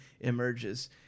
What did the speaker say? emerges